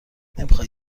نمیخای